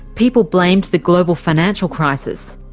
people blamed the global financial crisis.